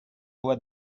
loi